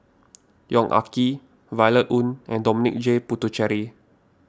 Yong Ah Kee Violet Oon and Dominic J Puthucheary